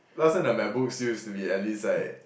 last time the macbooks used to be at least like